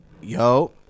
yo